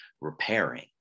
repairing